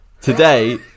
Today